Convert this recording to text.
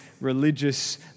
religious